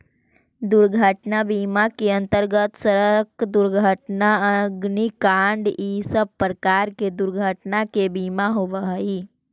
दुर्घटना बीमा के अंतर्गत सड़क दुर्घटना अग्निकांड इ सब प्रकार के दुर्घटना के बीमा होवऽ हई